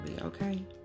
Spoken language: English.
okay